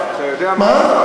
אתה יודע מה,